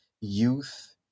youth